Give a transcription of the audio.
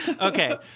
Okay